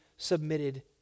submitted